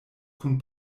kun